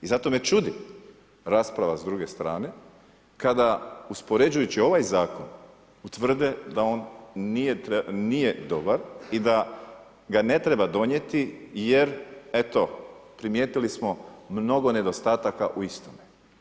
I zato me čudi, rasprava s druge strane, kada uspoređujući ovaj zakon utvrde da on nije dobar i da ga ne treba donijeti, jer eto, primijetili smo mnogo nedostataka u istome.